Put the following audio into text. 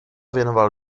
věnoval